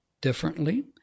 differently